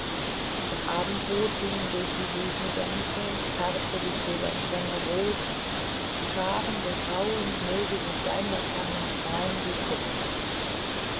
das abendrot ging durch die wiesendämpfe färbte die zedernstämme rot die scharen der grauen moosigen steinlaternen braun wie kupfer